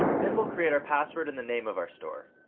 then we'll create our password and the name of our store.